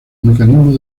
mecanismos